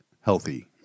healthy